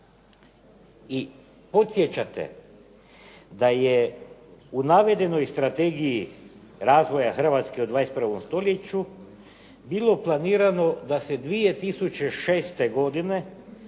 I podsjećate da je u navedenoj Strategiji razvoja Hrvatske u 21. stoljeću bilo planirano da se 2006. godine